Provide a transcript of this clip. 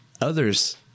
Others